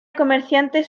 comerciantes